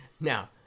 Now